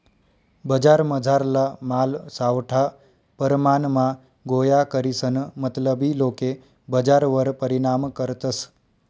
बजारमझारला माल सावठा परमाणमा गोया करीसन मतलबी लोके बजारवर परिणाम करतस